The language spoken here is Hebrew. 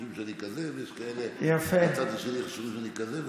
שחושבים שאני כזה ויש כאלה מהצד השני שחושבים שאני כזה,